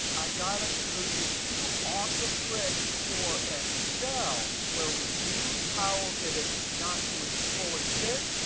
i got to show you two awesome tricks for excel, where we use power pivot not to its full extent,